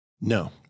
No